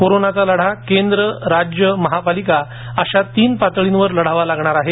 कोरोनाचा लढा केंद्र राज्य महापालिका अशा तीन पातळींवर लढावा लागणार आहे